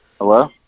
Hello